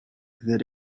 that